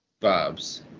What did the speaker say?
Bob's